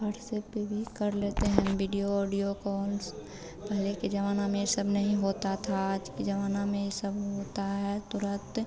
WhatsApp पर भी कर लेते हैं वीडियो ऑडियो कॉल्स पहले के ज़माना में यह सब नहीं होता था आज के ज़माना में यह सब होता है तुरन्त